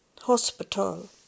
hospital